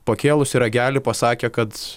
pakėlusi ragelį pasakė kad